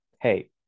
Hey